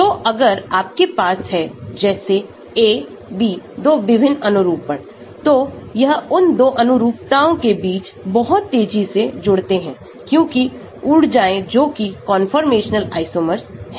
तो अगर आपके पास हैजैसे A B दो विभिन्न अनुरूपण तो यह उन 2 अनुरूपताओं के बीच बहुत तेजी से जुड़ते हैं क्योंकि ऊर्जाएं जोकि conformational isomers हैं